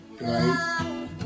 right